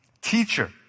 Teacher